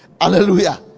Hallelujah